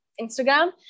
Instagram